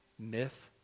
myth